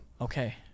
Okay